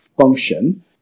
function